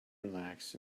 relax